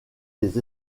des